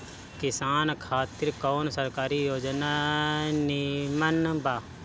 किसान खातिर कवन सरकारी योजना नीमन बा?